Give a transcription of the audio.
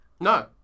No